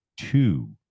two